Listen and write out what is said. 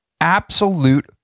absolute